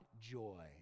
joy